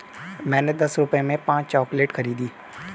मैंने दस रुपए में पांच चॉकलेट खरीदी